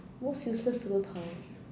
most useless superpower